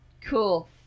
Cool